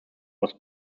was